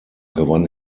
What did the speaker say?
gewann